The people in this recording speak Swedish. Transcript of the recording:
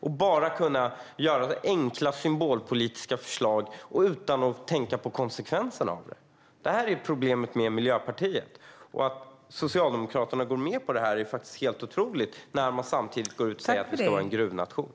Man har bara enkla symbolpolitiska förslag och tänker inte på konsekvenserna av det. Det här är problemet med Miljöpartiet. Att Socialdemokraterna går med på detta är helt otroligt när de samtidigt säger att vi ska vara en gruvnation.